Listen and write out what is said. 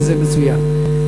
וזה מצוין.